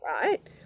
right